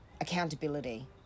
accountability